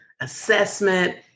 assessment